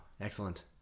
Excellent